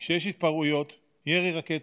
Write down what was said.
כשיש התפרעויות, ירי רקטות,